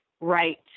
right